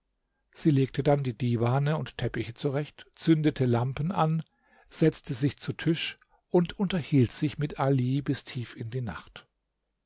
sie legte dann die divane und teppiche zurecht zündete lampen an setzte sich zu tisch und unterhielt sich mit ali bis tief in die nacht